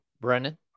brennan